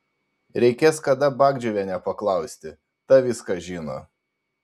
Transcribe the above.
reikės kada bagdžiuvienę paklausti ta viską žino